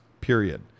period